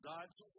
God's